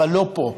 אבל לא פה.